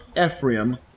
Ephraim